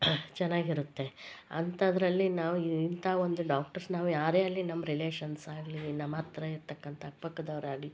ಚೆನ್ನಾಗಿರುತ್ತೆ ಅಂಥದ್ರಲ್ಲಿ ನಾವು ಇಂಥ ಒಂದು ಡಾಕ್ಟ್ರಸ್ ನಾವು ಯಾರೇ ಅಲ್ಲಿ ನಮ್ಮ ರಿಲೇಶನ್ಸ್ ಆಗಲಿ ನಮ್ಮ ಹತ್ರ ಇರ್ತಕ್ಕಂಥ ಅಕ್ಕ ಪಕ್ಕದವ್ರಾಗ್ಲಿ